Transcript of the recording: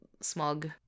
smug